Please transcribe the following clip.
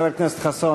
חבר הכנסת חסון,